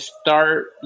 start